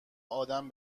آدم